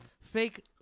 Fake